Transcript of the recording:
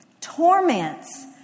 Torments